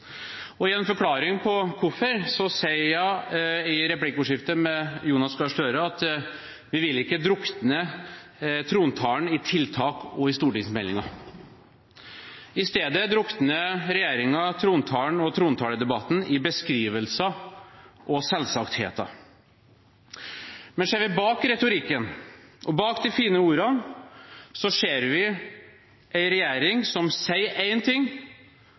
er faktisk en prestasjon. Som en forklaring på hvorfor, sier hun i replikkordskiftet med Jonas Gahr Støre at de ikke vil drukne trontalen i tiltak og i stortingsmeldinger. I stedet drukner regjeringen trontalen og trontaledebatten i beskrivelser og selvsagtheter. Men ser vi bak retorikken og bak de fine ordene, ser vi en regjering som sier én ting,